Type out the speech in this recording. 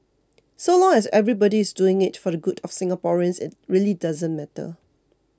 so long as everybody is doing it for the good of Singaporeans it really doesn't matter